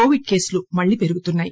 Covid కేసులు మళ్లీ పెరుగుతున్నాయి